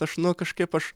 aš nu kažkaip aš